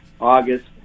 August